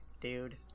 dude